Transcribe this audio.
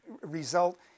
result